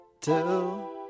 Till